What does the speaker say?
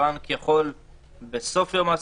הבנק יכול בסוף יום העסקים,